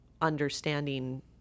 understanding